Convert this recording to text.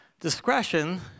Discretion